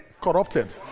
corrupted